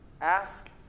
ask